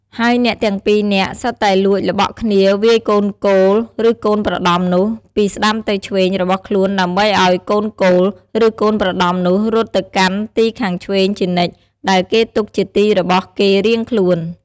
ហើយអ្នកទាំង ២ នាក់ សុទ្ធតែលួចល្បក់គ្នាវាយកូនគោលឫកូនប្រដំនោះ ពីស្តាំទៅឆ្វេងរបស់ខ្លួនដើម្បីឲ្យកូនគោល ឬកូនប្រដំនោះរត់ទៅកាន់ទីខាងឆ្វេងជានិច្ច ដែលគេទុកជាទីរបស់គេរៀងខ្លួន។